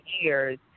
years